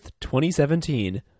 2017